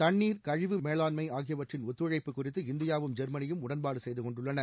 தண்ணீர் கழிவு மேலாண்மை அகியவற்றின் ஒத்துழைப்பு குறித்து இந்தியாவும் ஜெர்மனியும் உடன்பாடு செய்துகொண்டுள்ளன